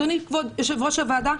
אדוני כבוד יושב ראש הוועדה,